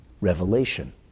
revelation